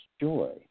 joy